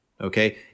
okay